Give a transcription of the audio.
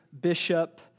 bishop